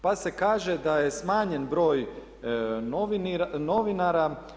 Pa se kaže da je smanjen broj novinara.